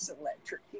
electric